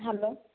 hello